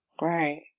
Right